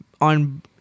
on